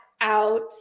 out